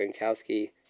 Gronkowski